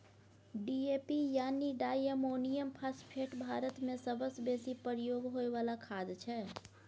DAP यानी di ammonium phosphate भारतमे सबसँ बेसी प्रयोग होइ बला खाद छै